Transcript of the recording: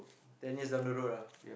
ten years down the road ah